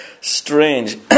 strange